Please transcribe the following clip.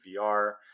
VR